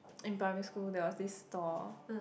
in primary school there was this stall